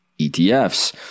ETFs